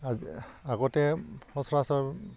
আজ আগতে সচৰাচৰ